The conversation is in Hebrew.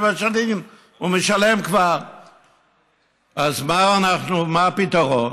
אז מה הפתרון?